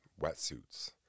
wetsuits